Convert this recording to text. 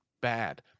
bad